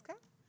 אז כן.